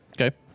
Okay